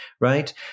right